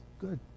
Good